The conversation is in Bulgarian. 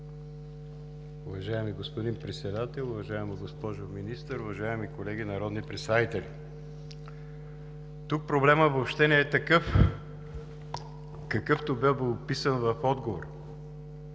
Уважаеми господин Председател, уважаема госпожо Министър, уважаеми колеги народни представители! Тук проблемът въобще не е такъв, какъвто бе описан в отговора.